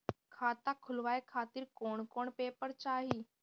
खाता खुलवाए खातिर कौन कौन पेपर चाहीं?